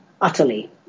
utterly